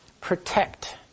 Protect